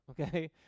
okay